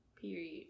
period